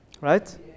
Right